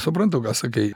suprantu ką sakai